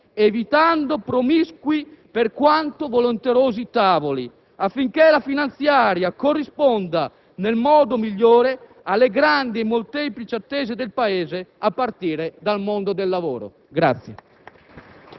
evitando promiscui per quanto volenterosi tavoli, affinché la finanziaria corrisponda nel modo migliore alle grandi e molteplici attese del Paese, a partire dal mondo del lavoro.